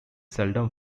seldom